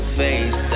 face